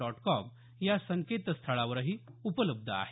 dot com या संकेतस्थळावरही उपलब्ध आहे